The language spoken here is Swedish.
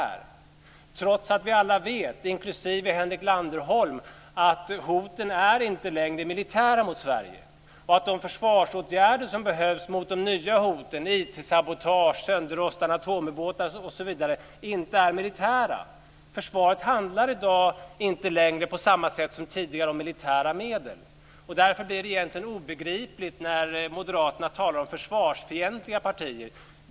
Det gör han trots att vi alla vet, inklusive Henrik Landerholm, att hoten mot Sverige inte längre är militära. De försvarsåtgärder som behövs mot de nya hoten - IT-sabotage, sönderrostade atomubåtar, osv. - är inte militära. Försvaret handlar i dag inte längre på samma sätt som tidigare om militära medel. Därför blir det egentligen obegripligt när moderaterna talar om försvarsfientliga partier.